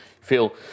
Feel